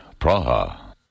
Praha